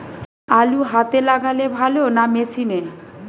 আলু হাতে লাগালে ভালো না মেশিনে?